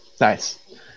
Nice